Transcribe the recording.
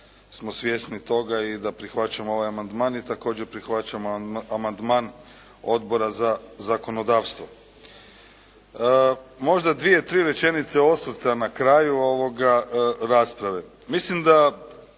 smo svjesni toga i da prihvaćamo ovaj amandman i također prihvaćamo amandman Odbora za zakonodavstvo. Možda dvije, tri rečenice osvrta na kraju rasprave. Mislim da